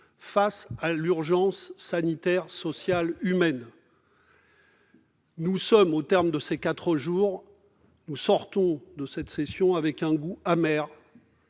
face à l'urgence sanitaire, sociale et humaine. Au terme de ces quatre jours, nous sortons de cette session avec un goût amer,